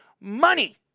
money